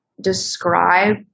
describe